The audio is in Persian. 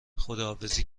خداحافظی